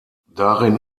darin